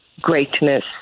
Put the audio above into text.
greatness